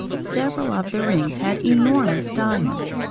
several of the rings had enormous diamonds,